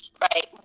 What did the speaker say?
Right